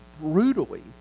brutally